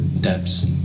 depths